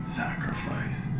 sacrifice